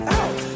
out